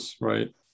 right